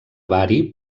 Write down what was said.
bari